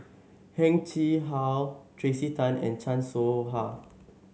Heng Chee How Tracey Tan and Chan Soh Ha